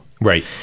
Right